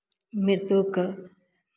मृत्युके